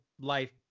life